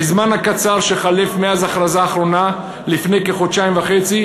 בזמן הקצר שחלף מאז ההכרזה האחרונה לפני כחודשיים וחצי,